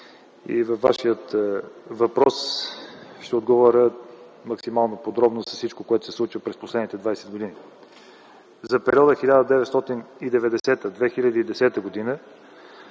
На Вашия въпрос ще отговоря максимално подробно за всичко, което се случва през последните 20 години. За периода 1990-2010 г.